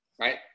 right